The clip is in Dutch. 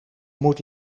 moet